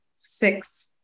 Six